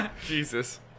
Jesus